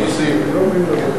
אדוני היושב-ראש,